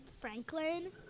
Franklin